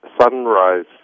sunrise